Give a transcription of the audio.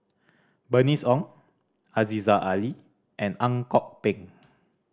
Bernice Ong Aziza Ali and Ang Kok Peng